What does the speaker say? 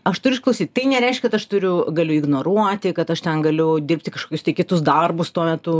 aš turiu išklausyt tai nereiškia kad aš turiu galiu ignoruoti kad aš ten galiu dirbti kažkokius tai kitus darbus tuo metu